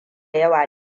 yawa